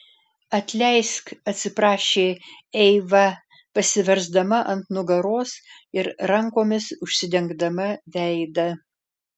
atleisk atsiprašė eiva pasiversdama ant nugaros ir rankomis užsidengdama veidą